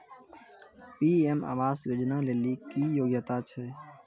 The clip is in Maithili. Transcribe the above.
पी.एम आवास योजना लेली की योग्यता छै?